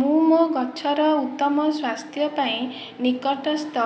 ମୁଁ ମୋ ଗଛର ଉତ୍ତମ ସ୍ୱାସ୍ଥ୍ୟ ପାଇଁ ନିକଟସ୍ଥ